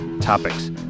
topics